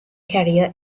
career